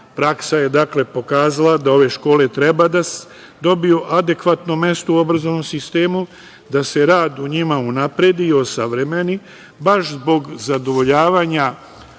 Praksa je, dakle, pokazala da ove škole treba da dobiju adekvatno mesto u obrazovnom sistemu, da se radu njima unapredi i osavremeni baš zbog zadovoljavanja